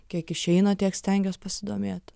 kiek išeina tiek stengiuos pasidomėt